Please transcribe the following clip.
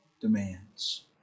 demands